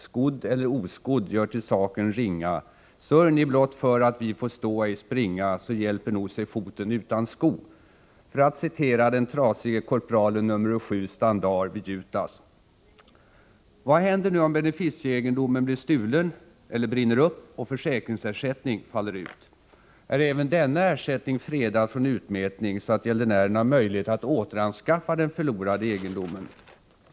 Skodd eller oskodd gör till saken ringa. Sörj ni blott för, att vi få stå, ej springa, så hjälper nog sig foten utan sko.” — för att citera den trasige korpralen numro 7, Standar vid Jutas. Vad händer nu, om beneficieegendomen blir stulen eller brinner upp och försäkringsersättning faller ut? Är även denna ersättning fredad från utmätning, så att gäldenären har möjlighet att återanskaffa den förlorade egendomen?